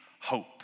hope